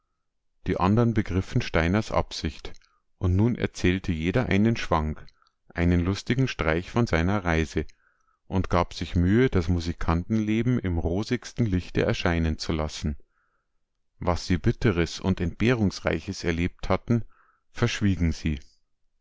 die andern begriffen steiners absicht und nun erzählte jeder einen schwank einen lustigen streich von seiner reise und gab sich mühe das musikantenleben im rosigsten lichte erscheinen zu lassen was sie bitteres und entbehrungsreiches erlebt hatten verschwiegen sie